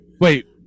Wait